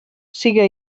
siga